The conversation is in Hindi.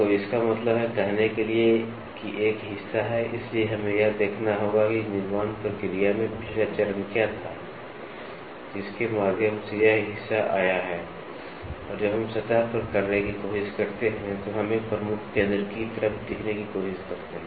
तो इसका मतलब है कहने के लिए कि एक हिस्सा है इसलिए हमें यह देखना होगा कि निर्माण प्रक्रिया में पिछला चरण क्या था जिसके माध्यम से यह हिस्सा आया है और जब हम सतह पर करने की कोशिश करते हैं तो हम एक प्रमुख केंद्र की तरह दिखने की कोशिश करते हैं